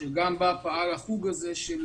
שגם בה פעלה התוכנית הזו של